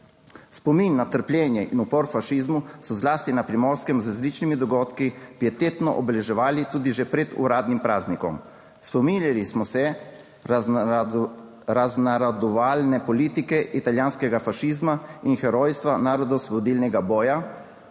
Spomin na trpljenje in upor fašizmu so zlasti na Primorskem z različnimi dogodki pietetno obeleževali tudi že pred uradnim praznikom, spominjali smo se raznarodovalne politike, italijanskega fašizma in herojstva narodnoosvobodilnega boja